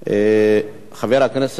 חבר הכנסת